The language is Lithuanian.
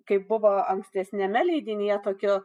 kaip buvo ankstesniame leidinyje tokio